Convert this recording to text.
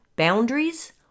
Boundaries